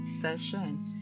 session